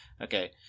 Okay